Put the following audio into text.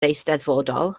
eisteddfodol